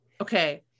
Okay